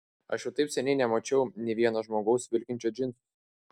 aš jau taip seniai nemačiau nei vieno žmogaus vilkinčio džinsus